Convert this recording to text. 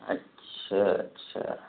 اچھا اچھا